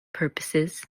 purposes